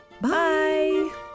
Bye